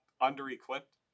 under-equipped